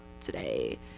today